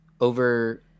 over